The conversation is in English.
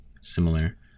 similar